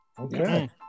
Okay